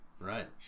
right